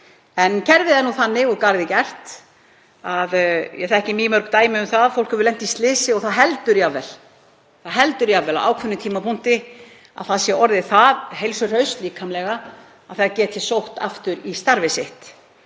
En kerfið er þannig úr garði gert. Ég þekki mýmörg dæmi um að fólk hefur lent í slysi en heldur jafnvel á ákveðnum tímapunkti að það sé orðið það heilsuhraust, líkamlega, að það geti sótt aftur í starfið sitt.